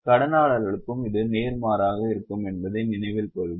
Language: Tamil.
கடனாளர்களுக்கும் இது நேர்மாறாக இருக்கும் என்பதை நினைவில் கொள்க